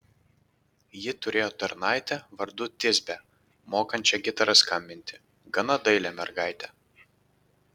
ji turėjo tarnaitę vardu tisbę mokančią gitara skambinti gana dailią mergaitę